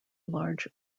large